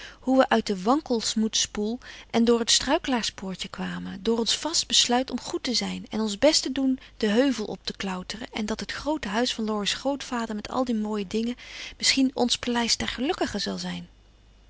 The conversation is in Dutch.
hoe we uit den wankelmoedspoel en door het struikelaarspoortje kwamen door ons vast besluit om goed te zijn en ons best te doen den heuvel op te klauteren en dat het groote huis van laurie's grootvader met al de mooie dingen misschien ons paleis der gelukkigen zal zijn